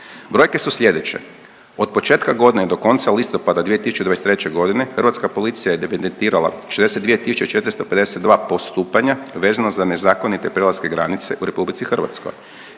Brojke su sljedeće. Od početka godine do konca listopada 2023. godine hrvatska policija je evidentirala 62452 postupanja vezano za nezakonite prelaske granice u Republici Hrvatskoj.